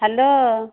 hello